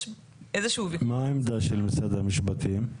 מה העמדה של משרד המשפטים?